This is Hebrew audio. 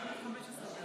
15 בעד.